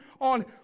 on